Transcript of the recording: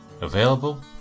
available